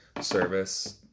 service